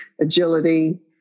agility